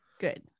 Good